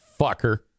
fucker